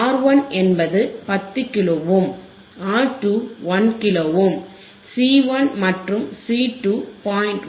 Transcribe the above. R 1 என்பது 10 kilo ohm R 2 1 kilo ohm C 1 மற்றும் C 2 0